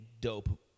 dope